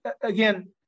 Again